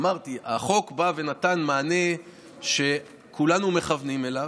אמרתי, החוק בא ונתן מענה שכולנו מכוונים אליו,